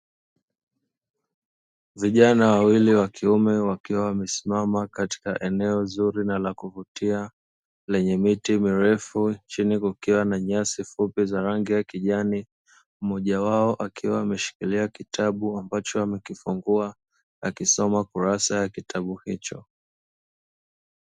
Vijana wawili wakiume wakiwa wamesimama katika eneo zuri na la kuvutia, lenye miti mirefu chini kukiwa na nyasi fupi za rangi ya kijani; mmoja wao akiwa ameshikilia kitabu ambacho amekifungua, akisoma kurasa ya kitabu hicho.